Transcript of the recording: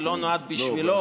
זה לא נועד בשבילו.